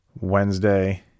Wednesday